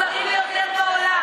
החוק שלך, היא לא מוכנה.